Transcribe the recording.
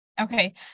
Okay